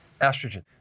estrogen